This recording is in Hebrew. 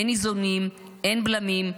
אין איזונים, אין בלמים.